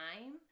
time